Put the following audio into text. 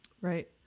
Right